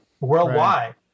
worldwide